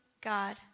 God